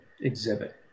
exhibit